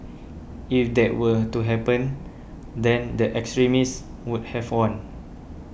if that were to happen then the extremists would have won